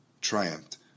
triumphed